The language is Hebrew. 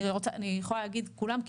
אני יכולה להגיד כולם,